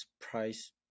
price